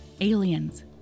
aliens